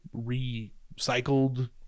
recycled